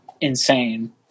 insane